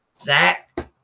Zach